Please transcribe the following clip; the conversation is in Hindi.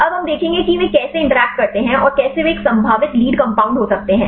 अब हम देखेंगे कि वे कैसे इंटरैक्ट करते हैं और कैसे वे एक संभावित लीड कंपाउंड हो सकते हैं